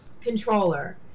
Controller